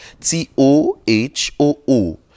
t-o-h-o-o